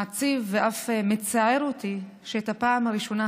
מעציב ואף מצער אותי שאת הפעם הראשונה,